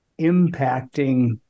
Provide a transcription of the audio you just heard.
impacting